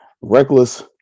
Reckless